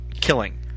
killing